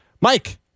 Mike